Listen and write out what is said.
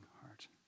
heart